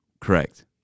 Correct